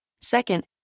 Second